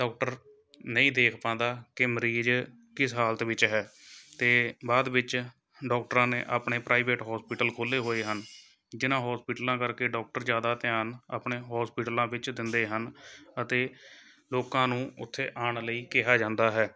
doctor ਨਹੀਂ ਦੇਖ ਪਾਉਂਦਾ ਕਿ ਮਰੀਜ਼ ਕਿਸ ਹਾਲਤ ਵਿੱਚ ਹੈ ਅਤੇ ਬਾਅਦ ਵਿੱਚ ਡੋਕਟਰਾਂ ਨੇ ਆਪਣੇ ਪ੍ਰਾਈਵੇਟ ਹੋਸਪੀਟਲ ਖੋਲ੍ਹੇ ਹੋਏ ਹਨ ਜਿਨ੍ਹਾਂ ਹੋਸਪੀਟਲਾਂ ਕਰਕੇ ਡੋਕਟਰ ਜ਼ਿਆਦਾ ਧਿਆਨ ਆਪਣੇ ਹੋਸਪੀਟਲਾਂ ਵਿੱਚ ਦਿੰਦੇ ਹਨ ਅਤੇ ਲੋਕਾਂ ਨੂੰ ਉੱਥੇ ਆਉਣ ਲਈ ਕਿਹਾ ਜਾਂਦਾ ਹੈ